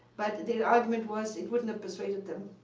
but the the argument was it wouldn't have persuaded them.